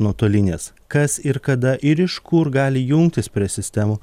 nuotolinės kas ir kada ir iš kur gali jungtis prie sistemų